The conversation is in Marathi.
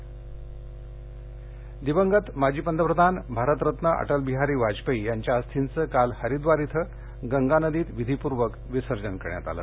व्हॉईस कास्ट वाजपेयी दिवंगत माजी पतप्रधान भारतरत्न अटलबिहारी वाजपेयी यांच्या अस्थीचं काल हरिद्वार इथं गंगा नदीत विधीपूर्वक विसर्जन करण्यात आलं